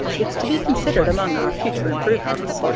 it's to be considered among our future improvements.